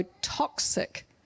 toxic